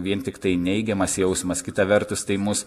vien tiktai neigiamas jausmas kita vertus tai mus